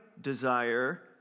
desire